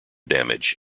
damage